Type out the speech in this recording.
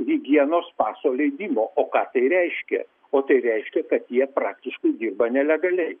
higienos paso leidimo o ką tai reiškia o tai reiškia kad jie praktiškai dirba nelegaliai